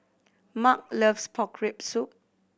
Mark loves pork rib soup